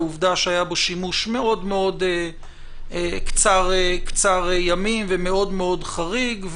העובדה שהיה בו שימוש מאוד מאוד קצר ימים ומאוד מאוד חריג,